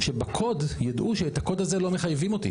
שבקוד יידעו שאת הקוד הזה לא מחייבים אותי